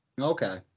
Okay